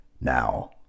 Now